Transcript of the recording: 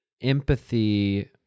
empathy